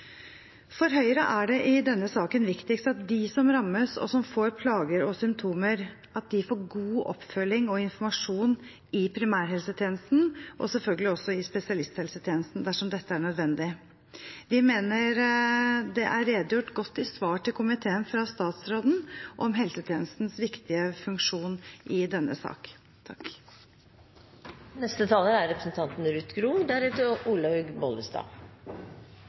For Høyre er det i denne saken viktigst at de som rammes og får plager og symptomer, får god oppfølging og informasjon i primærhelsetjenesten, og selvfølgelig også i spesialisthelsetjenesten dersom dette er nødvendig. Vi mener det er redegjort godt i svar til komiteen fra statsråden om helsetjenestens viktige funksjon i denne saken. Vi har nettopp behandlet prioriteringsmeldingen. Det er